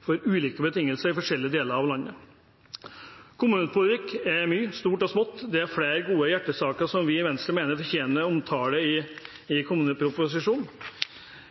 for ulike betingelser i forskjellige deler av landet. Kommunepolitikk er mye, stort og smått. Det er flere gode hjertesaker som vi i Venstre mener fortjener omtale i kommuneproposisjonen.